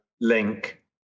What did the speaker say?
Link